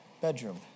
bedroom